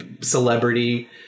celebrity